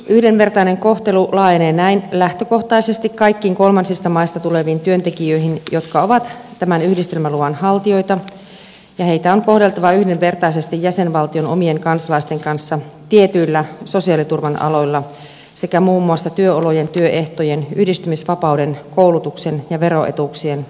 yhdenvertainen kohtelu laajenee näin lähtökohtaisesti kaikkiin kolmansista maista tuleviin työntekijöihin jotka ovat tämän yhdistelmäluvan haltijoita ja heitä on kohdeltava yhdenvertaisesti jäsenvaltion omien kansalaisten kanssa tietyillä sosiaaliturvan aloilla sekä muun muassa työolojen työehtojen yhdistymisvapauden koulutuksen ja veroetuuksien osalta